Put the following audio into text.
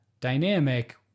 dynamic